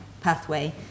pathway